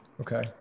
Okay